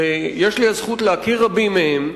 שיש לי הזכות להכיר רבים מהם,